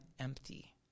empty